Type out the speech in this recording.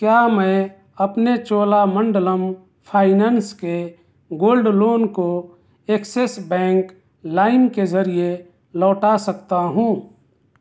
کیا میں اپنے چولا منڈلم فائننس کے گولڈ لون کو ایکسس بینک لائم کے ذریعے لوٹا سکتا ہوں